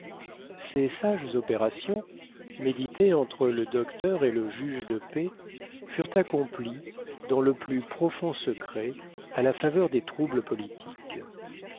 ces sages opérations méditées entre le docteur et le juge de paix furent accomplies dans le plus profond secret à la faveur des troubles politiques